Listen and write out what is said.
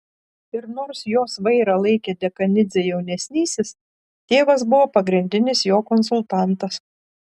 ir nors jos vairą laikė dekanidzė jaunesnysis tėvas buvo pagrindinis jo konsultantas